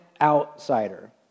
outsider